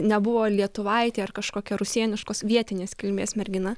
nebuvo lietuvaitė ar kažkokia rusėniškos vietinės kilmės mergina